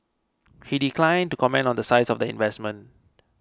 he declined to comment on the size of the investment